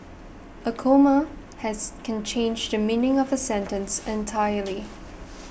a comma has can change the meaning of a sentence entirely